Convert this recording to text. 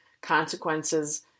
consequences